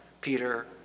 Peter